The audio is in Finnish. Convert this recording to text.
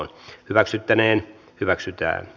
keskustelua ei syntynyt